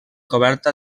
coberta